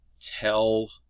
tell